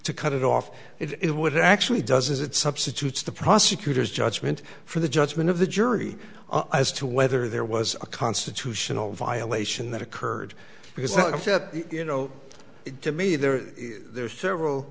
to cut it off it would actually does it substitutes the prosecutor's judgment for the judgment of the jury as to whether there was a constitutional violation that occurred because like i said you know it to me there are several